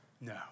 no